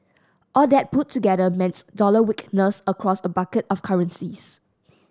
all that put together meant dollar weakness across a basket of currencies